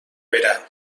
berà